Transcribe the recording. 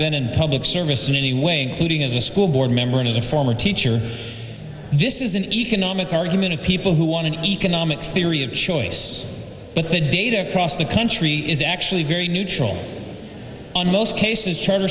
been in public service in any way including as a school board member and as a former teacher this is an economic argument of people who want an economic theory of choice but the data across the country is actually very neutral on most cases charter